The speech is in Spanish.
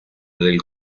del